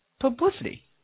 publicity